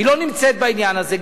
היא לא נמצאת בעניין הזה,